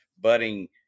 budding